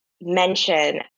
mention